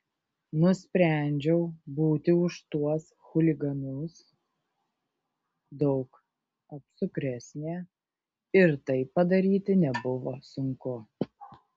nusprendžiau būti už tuos chuliganus daug apsukresnė ir tai padaryti nebuvo sunku